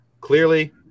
Clearly